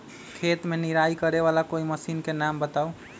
खेत मे निराई करे वाला कोई मशीन के नाम बताऊ?